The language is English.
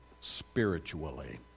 spiritually